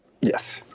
Yes